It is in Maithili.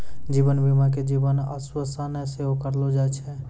जीवन बीमा के जीवन आश्वासन सेहो कहलो जाय छै